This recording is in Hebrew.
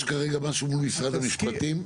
יש כרגע משהו מול משרד המשפטים?